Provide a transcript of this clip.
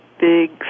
big